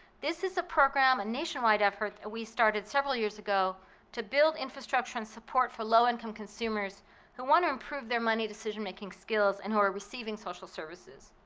this is a program, a nation-wide effort we started several years to build infrastructure and support for low-income consumers who want to improve their money decision-making skills and who are receiving social services.